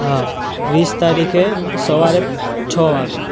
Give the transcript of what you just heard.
હા વીસ તારીખે સવારે છ વાગે